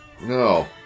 No